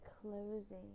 closing